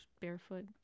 barefoot